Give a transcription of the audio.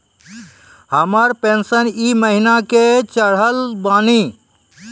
हमर पेंशन ई महीने के चढ़लऽ बानी?